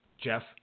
Jeff